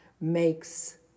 makes